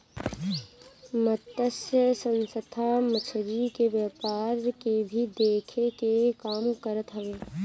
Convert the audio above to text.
मतस्य संस्था मछरी के व्यापार के भी देखे के काम करत हवे